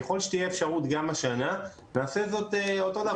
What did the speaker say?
ככל שתהיה אפשרות גם השנה נעשה זאת אותו דבר.